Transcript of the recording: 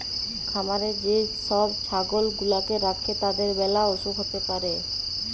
খামারে যে সব ছাগল গুলাকে রাখে তাদের ম্যালা অসুখ হ্যতে পারে